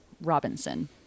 Robinson